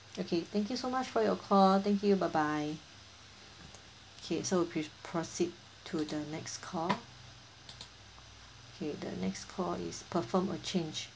okay thank you so much for your call thank you bye bye K so pre~ proceed to the next call okay the next call is perform a change